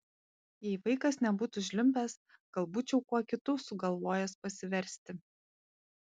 jei vaikas nebūtų žliumbęs gal būčiau kuo kitu sugalvojęs pasiversti